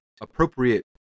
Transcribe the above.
appropriate